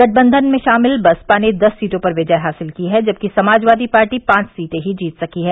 गठबंधन में शामिल बसपा ने दस सीटों पर विजय हासिल की है जबकि समाजवादी पार्टी पांच सीटे ही जीत सकी है